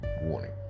warning